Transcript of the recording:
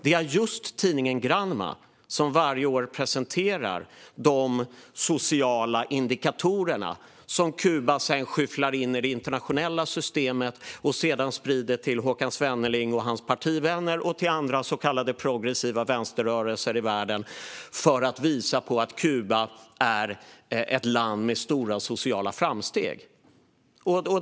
Det är just tidningen Granma som varje år presenterar de sociala indikatorer som Kuba skyfflar in i det internationella systemet och sedan sprider till Håkan Svenneling och hans partivänner och till andra så kallade progressiva vänsterrörelser i världen för att visa att Kuba är ett land som gör stora sociala framsteg.